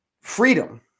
freedom